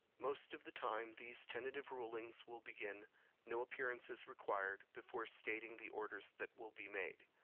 most of the time, these tentative rulings will begin no appearance is required before stating the orders that will be made.